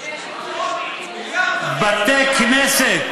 בתי כנסת